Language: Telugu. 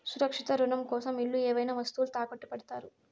సురక్షిత రుణం కోసం ఇల్లు ఏవైనా వస్తువులు తాకట్టు పెడతారు